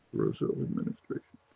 roselle administration.